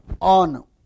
on